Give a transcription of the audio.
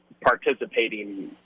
participating